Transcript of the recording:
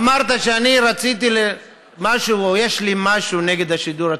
אמרת שיש לי משהו נגד השידור הציבורי.